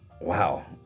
Wow